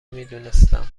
میدونستم